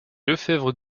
lefèvre